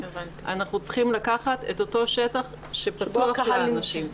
אנחנו צריכים לקחת את אותו שטח שפתוח לאנשים.